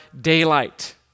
daylight